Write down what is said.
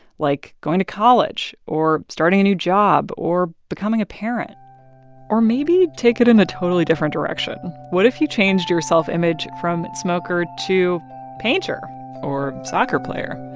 like going to college or starting a new job or becoming a parent or maybe take it in a totally different direction. what if you changed your self-image from smoker to painter or soccer player?